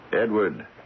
Edward